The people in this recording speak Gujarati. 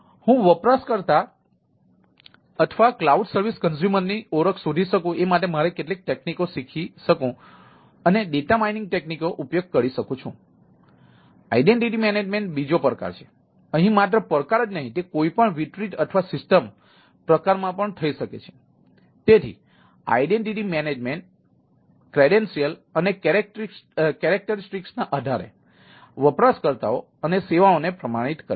તેથી હું વપરાશકર્તા અથવા ક્લાઉડ સર્વિસ કન્ઝ્યુમરના આધારે વપરાશકર્તાઓ અને સેવાઓને પ્રમાણિત કરે છે